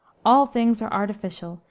all things are artificial,